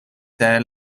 there